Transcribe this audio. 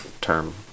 term